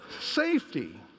Safety